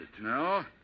No